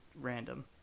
random